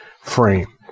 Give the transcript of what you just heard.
frame